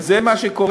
וזה מה שקורה.